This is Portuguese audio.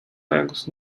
legos